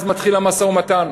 אז מתחיל המשא-ומתן,